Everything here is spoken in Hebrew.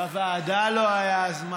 לוועדה לא היה זמן?